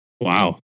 Wow